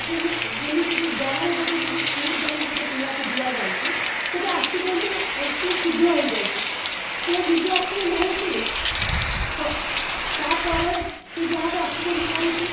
ଯେମିତିକି ଗାଁରେ ଗୋଟେ ଯଦି ସ୍ପିଡ଼୍ ଗାଡ଼ି ଗୋଟିଏ ପିଲାକୁ ଦିଆଯାଉଛି ସେଇଟା ଆକ୍ସିଡ଼େଣ୍ଟ୍ ଅତି ଶୀଘ୍ର ହୋଇଯାଉଛି ସିଏ ନିଜେ ଆକ୍ସିଡ଼େଣ୍ଟ୍ ହେଉଛି ଫ ତା'ପରେ ସିଏ ଯାହାକୁ ଆକ୍ସିଡ଼େଣ୍ଟ୍ କରୁଛି